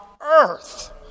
earth